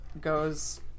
goes